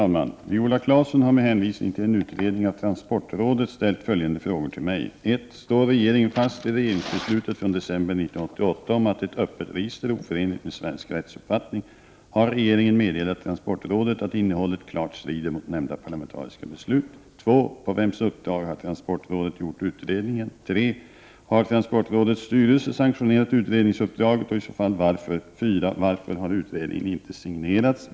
Herr talman! Viola Claesson har med hänvisning till en utredning av transportrådet ställt följande frågor till mig: 1. Står regeringen fast vid riksdagsbeslutet från december 1988 om att ett öppet register är oförenligt med svensk rättsuppfattning? Har regeringen meddelat transportrådet att innehållet klart strider mot nämnda parlamentariska beslut? 2. På vems uppdrag har transportrådet gjort utredningen? 3. Har transportrådets styrelse sanktionerat utredningsuppdraget och i så fall varför? 4. Varför har utredningen inte signerats?